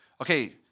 Okay